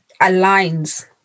aligns